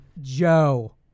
Joe